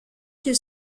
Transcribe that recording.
qu’il